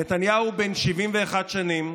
נתניהו בן 71 שנים,